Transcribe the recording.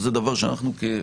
שבדיוק בשביל דבר כזה אנחנו,